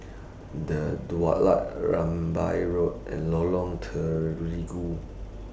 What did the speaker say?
The Daulat Rambai Road and Lorong Terigu